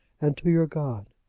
and to your god.